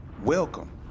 Welcome